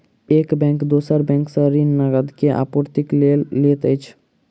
एक बैंक दोसर बैंक सॅ ऋण, नकद के आपूर्तिक लेल लैत अछि